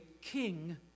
king